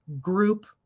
group